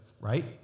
right